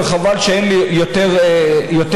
וחבל שאין לי יותר זמן,